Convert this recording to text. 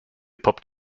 poppt